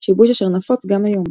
שיבוש אשר נפוץ גם היום.